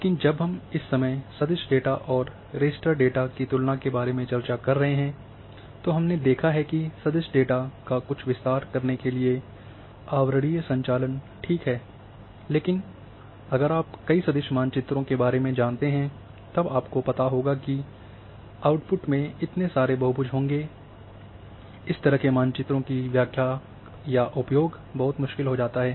लेकिन जब हम इस समय सदिश डेटा और रास्टर डेटा की तुलना के बारे में चर्चा कर रहे हैं तो हमने देखा है कि सदिश डेटा का कुछ विस्तार करने के लिए आवरणीय संचालन ठीक है लेकिन अगर आप कई सदिश मानचित्रों के बारे में जानते हैं तब आपको पता होगा कि आउटपुट में इतने सारे बहुभुज होंगे इस तरह के मानचित्रों की व्याख्या या उपयोग बहुत मुश्किल हो जाता है